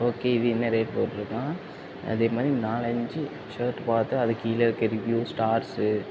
okay இது என்ன rate போட்டுருக்கான் அதே மாரி நாலஞ்சு ஷர்ட் பார்த்து அதுக்கு கீழ இருக்க ரிவியூ ஸ்டார்ஸ்ஸு